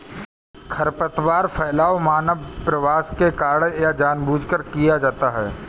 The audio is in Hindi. खरपतवार फैलाव मानव प्रवास के कारण या जानबूझकर किया जाता हैं